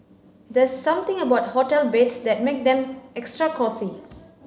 there's something about hotel beds that make them extra cosy